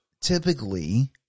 typically